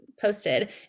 posted